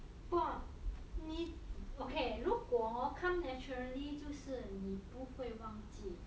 but 你 okay 如果 come naturally 就是不会忘记